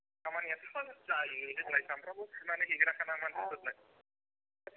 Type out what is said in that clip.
खामानियाथ' जायो औ जोंलाय सामफ्रामबो सुनानै हैग्राखाना औ मानसिफोरनो